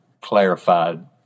clarified